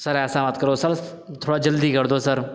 سر ایسا مت کرو سر تھوڑا جلدی کر دو سر